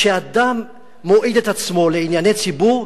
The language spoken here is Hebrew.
כשאדם מועיד את עצמו לענייני ציבור,